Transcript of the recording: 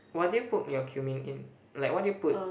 what do you put your cumin in like what do you put